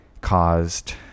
caused